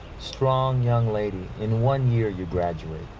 strong young lady. in one year, you graduate,